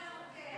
כן.